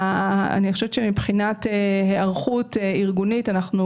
אני חושבת שמבחינת היערכות ארגונית אנחנו